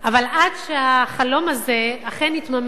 אבל עד שהחלום הזה אכן יתממש,